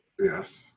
Yes